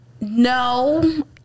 No